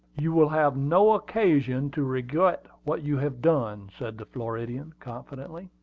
you will have no occasion to regret what you have done, said the floridian, confidently.